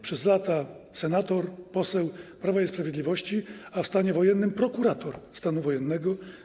Przez lata był senatorem, posłem Prawa i Sprawiedliwości, a w stanie wojennym - prokuratorem stanu wojennego.